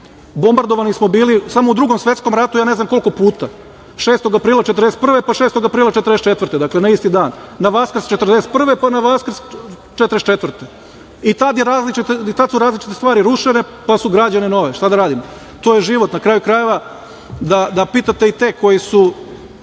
Bombardovani smo bili, samo u Drugom svetskom ratu, ja ne znam koliko puta, 6. aprila 1941. godine, pa 6. aprila 1944. godine, dakle, na isti dan. Na Vaskrs 1941. godine, pa na Vaskrs 1944. godine i tad su različite stvari rušene, pa su građene nove, šta da radimo. To je život. Na kraju krajeva, da pitate i te koji su